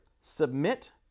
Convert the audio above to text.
submit